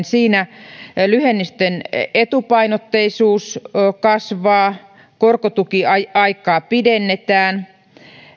siinä lyhennysten etupainotteisuus kasvaa korkotukiaikaa pidennetään